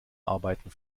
arbeiten